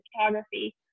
photography